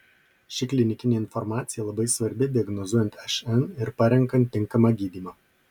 ši klinikinė informacija labai svarbi diagnozuojant šn ir parenkant tinkamą gydymą